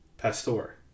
Pastor